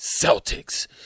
Celtics